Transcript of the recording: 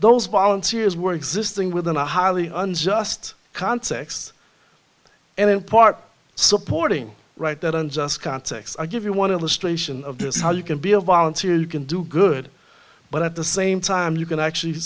those volunteers were existing within a highly unjust context and in part supporting right that unjust contex i give you want to list ration of this how you can be a volunteer you can do good but at the same time you can actually